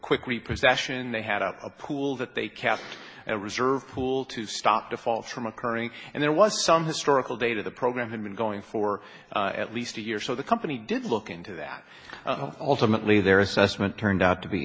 quick reapers action they had a pool that they kept and a reserve pool to stop the falls from occurring and there was some historical data the program had been going for at least a year so the company did look into that ultimately their assessment turned out to be